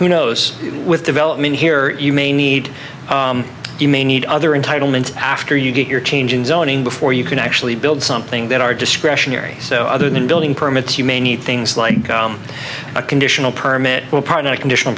who knows with development here you may need you may need other entitle meant after you get your change in zoning before you can actually build something that are discretionary so other than building permits you may need things like a conditional permit or part of a conditional